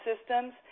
systems